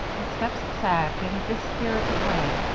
the steps sagged in a dispirited way,